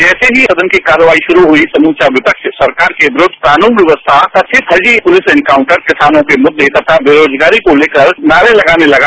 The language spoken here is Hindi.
जैसे ही सदन की कार्यवाही शुरू हुई समूचा विपक्ष सरकार के विरुद्ध कानून व्यवस्था कथित फर्जी पुलिस एनकाउंटर किसानों के मुद्दे तथा बेरोजगारी को तेकर नारे लगाने लगा